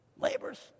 Laborers